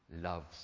loves